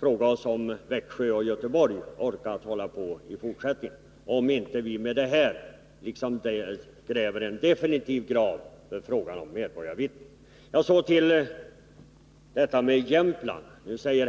frågar mig om exempelvis polisdistrikten i Växjö och Göteborg kan fortsätta med sin försöksverksamhet utan en större grad av statlig finansiering.